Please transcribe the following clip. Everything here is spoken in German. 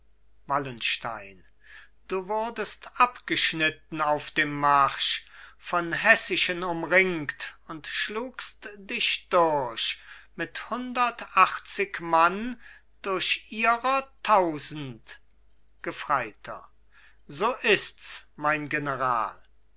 wallenstein du wurdest abgeschnitten auf dem marsch von hessischen umringt und schlugst dich durch mit hundertachtzig mann durch ihrer tausend gefreiter so ists mein general